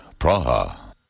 Praha